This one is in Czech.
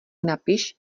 napiš